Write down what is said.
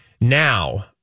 Now